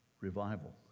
revival